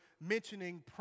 mentioning